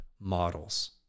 models